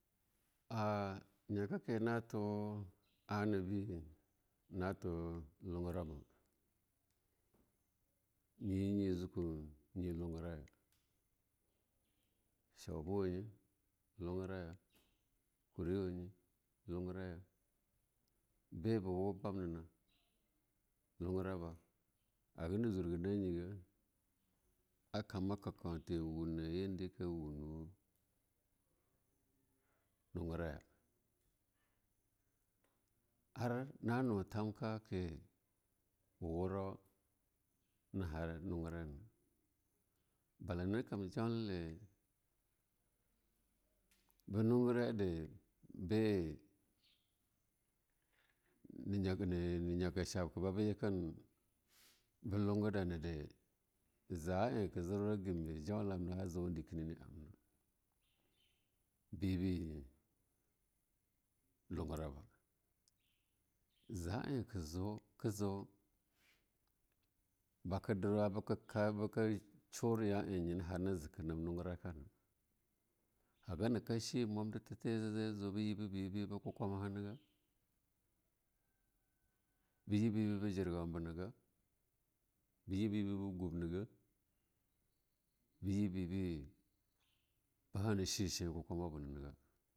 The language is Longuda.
Ah nya kake na tuh ana bena na tu lungura, ma, nye nyi jukuna hungaraye shu ma wa nye hungaraya, kureula wa nye hunguraya be be wub banana hunguraba, hagana jurgina a nye ga, a kama ke kauche awuna aye anye deka a mun hunguraya arna nu tamkake be wurau na harhungurana bala na juna kan nyaka shapka babe jikenda beh ungudane de, enza ohke zo be jamde bene jamde laulara amna azo dekene be eba hungaraba. Za'ah eh ke zo baka shura ya'aren be jina zeke nam hunguraka hagana she muabdirta ta zazo be yibeu beba kukuma naga, be yibabe ba be jirgubena ga be yibabeba be kukuma hanaga, be jibabeba ba gumnage, be jibabe ba beba hana chen chewa kukuma wa bona nanege.